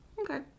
Okay